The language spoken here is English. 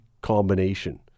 combination